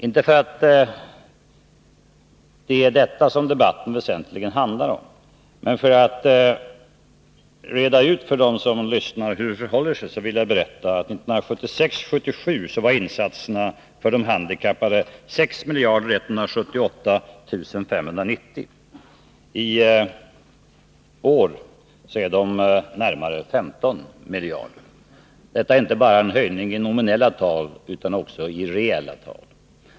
Inte för att det är detta som debatten väsentligen handlar om, men för dem som lyssnar och vill ha utrett hur det förhåller sig kan det vara värt att påpeka att insatserna för de handikappade till 1976/77 uppgick till ca 6 miljarder. I år uppgår de till närmare 15 miljarder. Detta är inte bara en höjning i nominella tal utan också en höjning i reella tal.